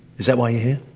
is that why you're here?